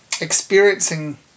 experiencing